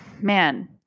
man